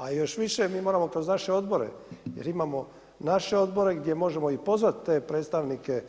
A još više mi moramo kroz naše odbore jer imamo naše odbore gdje možemo pozvat te predstavnike